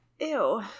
Ew